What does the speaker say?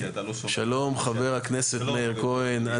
שלום חבר הכנסת מאיר כהן.